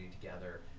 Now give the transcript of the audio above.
together